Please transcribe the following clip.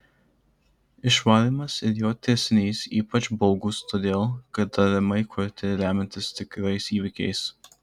išvarymas ir jo tęsinys ypač baugūs todėl kad tariamai kurti remiantis tikrais įvykiais